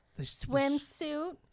swimsuit